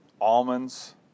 almonds